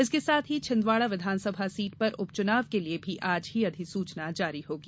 इसके साथ ही छिंदवाड़ा विधानसभा सीट पर उपचुनाव के लिए भी आज ही अधिसूचना जारी होगी